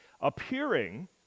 appearing